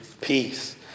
peace